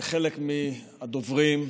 לחלק מהדוברים.